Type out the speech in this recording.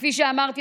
כפי שאמרתי,